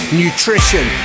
nutrition